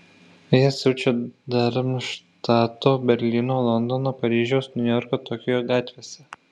vėjas siaučia darmštato berlyno londono paryžiaus niujorko tokijo gatvėse